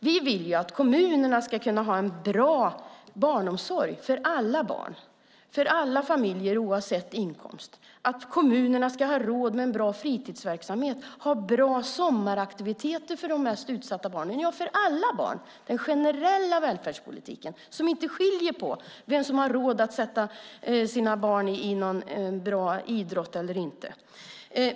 Vi vill att kommunerna ska kunna ha en bra barnomsorg för alla barn och familjer oavsett inkomst. Kommunerna ska ha råd med en bra fritidsverksamhet och bra sommaraktiviteter för de mest utsatta barnen och för alla barn. Det är den generella välfärdspolitiken som inte skiljer på vilka som har råd att låta sina barn ägna sig åt en bra idrott eller inte.